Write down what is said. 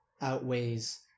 outweighs